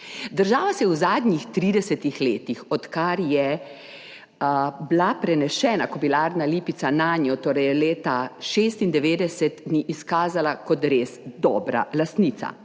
Država se je v zadnjih 30 letih, odkar je bila prenesena Kobilarna Lipica nanjo, torej leta 1996, ni izkazala kot res dobra lastnica.